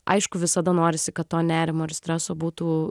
aišku visada norisi kad to nerimo ir streso būtų